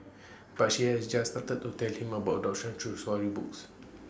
but she has just started to tell him about adoptions through storybooks